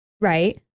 right